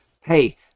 Hey